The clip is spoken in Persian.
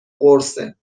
قرصه